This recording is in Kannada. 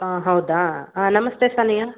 ಹಾಂ ಹೌದಾ ಹಾಂ ನಮಸ್ತೆ ಸಾನಿಯಾ